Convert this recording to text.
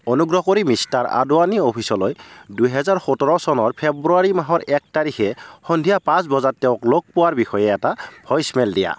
অনুগ্ৰহ কৰি মিষ্টাৰ আদৱানী অফিচলৈ দুহেজাৰ সোতৰ চনৰ ফেব্ৰুৱাৰী মাহৰ এক তাৰিখে সন্ধিয়া পাঁচ বজাত তেওঁক লগ পোৱাৰ বিষয়ে এটা ভইচ মেইল দিয়া